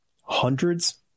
hundreds